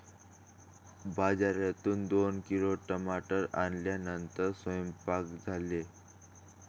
बाजारातून दोन किलो टमाटर आणल्यानंतर सेवन्पाक झाले